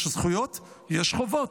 יש זכויות ויש חובות.